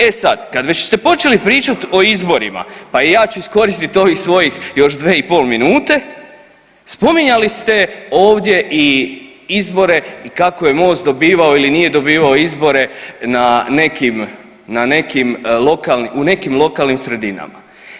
E sad, kad već ste počeli pričati o izborima, pa ja ću iskoristiti ovih svojih još 2,5 minute, spominjali ste ovdje i izbore i kako je Most dobivao ili nije dobivao izbore na nekim lokalnim, u nekim lokalnim sredinama.